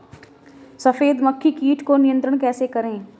सफेद मक्खी कीट को नियंत्रण कैसे करें?